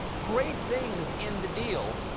great things in the deal,